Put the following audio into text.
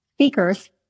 Speakers